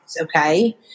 okay